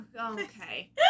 okay